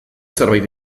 zerbait